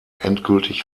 endgültig